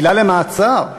עילה למעצר.